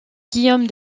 guillaume